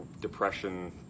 depression